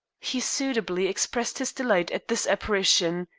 he suitably expressed his delight at this apparition.